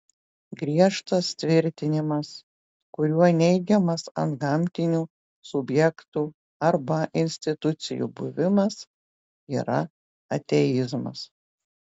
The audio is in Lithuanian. griežtas tvirtinimas kuriuo neigiamas antgamtinių subjektų arba institucijų buvimas yra ateizmas